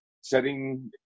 setting